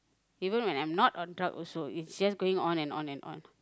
even when I'm not on drug also its just going on and on and on